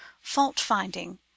fault-finding